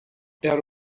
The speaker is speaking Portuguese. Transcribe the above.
era